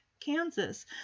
Kansas